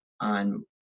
on